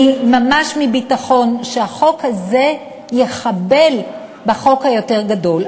ממש מביטחון, שהחוק הזה יחבל בחוק היותר-גדול.